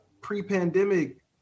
pre-pandemic